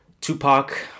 tupac